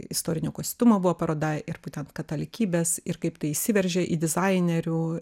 istorinio kostiumo buvo paroda ir būtent katalikybės ir kaip tai įsiveržė į dizainerių